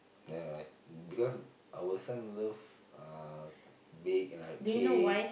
ya because our son love uh bake like cake